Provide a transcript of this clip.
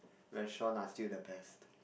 restaurant are still the best